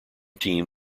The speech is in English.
team